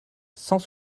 cent